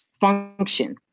function